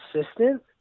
assistant